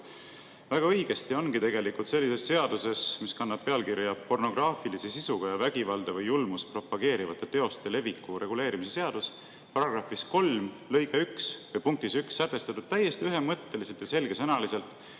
väga õigesti ongi tegelikult seaduses, mis kannab pealkirja "Pornograafilise sisuga ja vägivalda või julmust propageerivate teoste leviku reguleerimise seadus", § 3 lõikes 1 sätestatud täiesti ühemõtteliselt ja selgesõnaliselt,